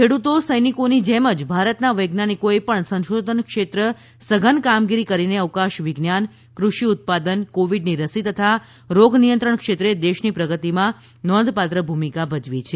ખેડૂતો સૈનિકોની જેમ જ ભારતના વૈજ્ઞાનિકોએ પણ સંશોધન ક્ષેત્ર સધન કામગીરી કરીને અવકાશ વિજ્ઞાન કૃષિ ઉત્પાદન કોવિડની રસી તથા રોગ નિયંત્રણ ક્ષેત્રે દેશની પ્રગતિમાં નોંધપાત્ર ભૂમિકા ભજવી છે